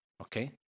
Okay